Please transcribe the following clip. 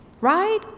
right